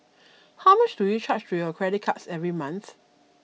how much do you charge to your credit cards every month